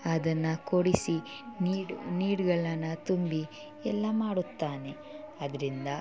ಅದನ್ನು ಕೊಡಿಸಿ ನೀಡ್ ನೀಡ್ಗಳನ್ನು ತುಂಬಿ ಎಲ್ಲ ಮಾಡುತ್ತಾನೆ ಅದರಿಂದ